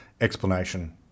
explanation